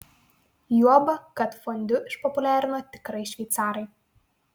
juoba kad fondiu išpopuliarino tikrai šveicarai